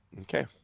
Okay